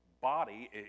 body